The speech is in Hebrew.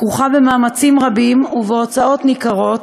כרוכה במאמצים רבים ובהוצאות ניכרות,